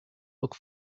look